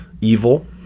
evil